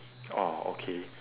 oh okay